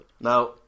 Now